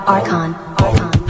Archon